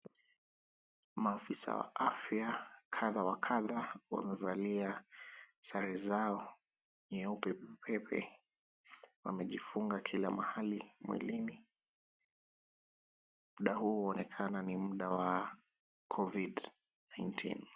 Maafisa wa afya kadha wa kadha, wamevalia sare zao nyeupe pepepe. Wamejifunga kila mahali mwilini. Muda huu huonekana ni muda wa Covid-19.